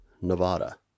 Nevada